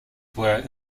were